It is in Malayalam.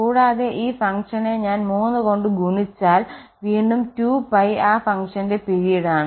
കൂടാതെ ഈ ഫംഗ്ഷനെ ഞാൻ 3 കൊണ്ട് ഗുണിച്ചാൽ വീണ്ടും 2π ആ ഫംഗ്ഷന്റെ പിരീഡാണ്